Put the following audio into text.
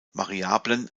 variablen